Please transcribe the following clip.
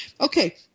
Okay